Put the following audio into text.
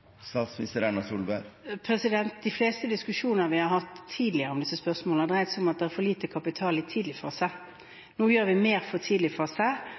De fleste diskusjoner vi har hatt tidligere om disse spørsmålene, har dreid seg om at det er for lite kapital i tidlig fase. Nå gjør vi mer for tidlig